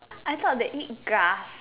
I thought they eat grass